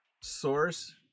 source